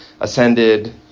ascended